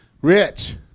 Rich